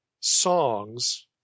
songs